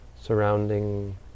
surrounding